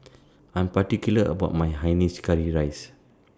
I'm particular about My Hainanese Curry Rice